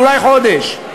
אולי חודש,